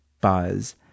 buzz –